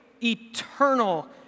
eternal